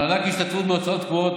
מענק השתתפות בהוצאות קבועות,